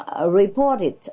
reported